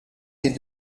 des